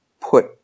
put